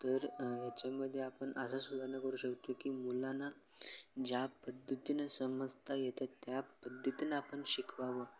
तर ह्याच्यामध्ये आपण असं सुधारणा करू शकतो की मुलांना ज्या पद्धतीनं समजता येतं त्या पद्धतीनं आपण शिकवावं